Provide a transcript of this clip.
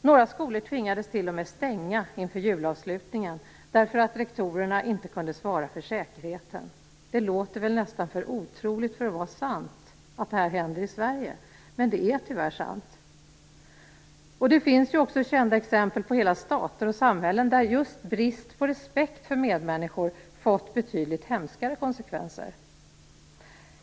Några skolor tvingades t.o.m. stänga inför julavslutningen, därför att rektorerna inte kunde svara för säkerheten. Att detta händer i Sverige låter väl nästan för otroligt för att vara sant, men det är tyvärr sant. Det finns också kända exempel på hela stater och samhällen där just brist på respekt för medmänniskor fått betydligt hemskare konsekvenser.